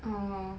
uh